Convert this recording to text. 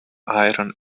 iron